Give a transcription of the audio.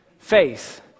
faith